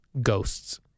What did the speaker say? Ghosts